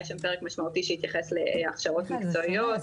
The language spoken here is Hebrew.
היה שם פרק משמעותי שהתייחס להכשרות מקצועיות,